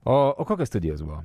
o o kokios studijos buvo